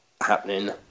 happening